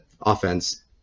offense